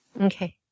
Okay